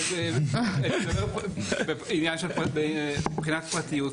אני מדבר פה על עניין מבחינת פרטיות,